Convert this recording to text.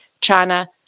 China